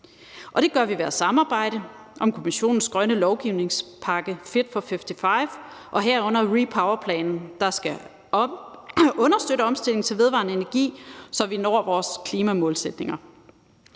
det gør vi ved at samarbejde om Kommissionens grønne lovgivningspakke Fit for 55, herunder REPowerEU-planen, der skal understøtte omstillingen til vedvarende energi, så vi når vores klimamålsætninger.